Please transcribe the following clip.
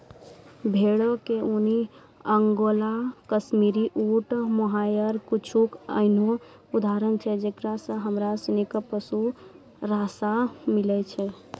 भेड़ो के ऊन, अंगोला, काश्मीरी, ऊंट, मोहायर कुछु एहनो उदाहरण छै जेकरा से हमरा सिनी के पशु रेशा मिलै छै